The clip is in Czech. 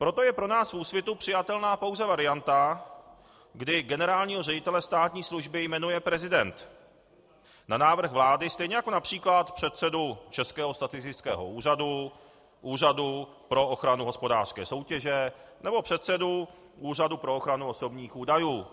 Proto je pro nás v Úsvitu přijatelná pouze varianta, kdy generálního ředitele státní služby jmenuje prezident na návrh vlády, stejně jako například předsedu Českého statistického úřadu, Úřadu pro ochranu hospodářské soutěže nebo předsedu Úřadu pro ochranu osobních údajů.